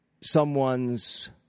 someone's